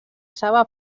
saba